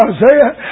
Isaiah